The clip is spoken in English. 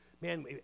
Man